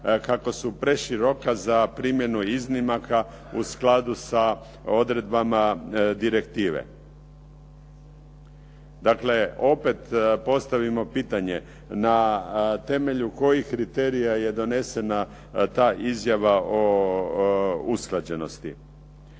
kako su preširoka za primjenu iznimaka u skladu sa odredbama direktive. Dakle, opet postavimo pitanje na temelju kojih kriterija je donesena ta izjava o usklađenosti?